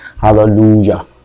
Hallelujah